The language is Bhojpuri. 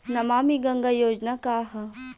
नमामि गंगा योजना का ह?